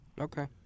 Okay